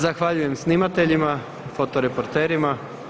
Zahvaljujem snimateljima, fotoreporterima.